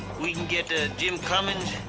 we can get jim cummins,